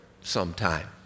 sometime